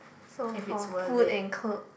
so for food and clothes